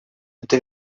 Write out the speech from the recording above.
это